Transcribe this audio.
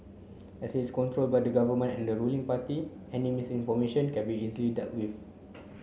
as it's controlled by the Government and the ruling party any misinformation can be easily dealt with